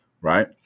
right